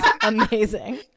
amazing